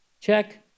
Check